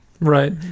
right